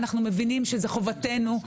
אנחנו מבינים שזה לטובתנו.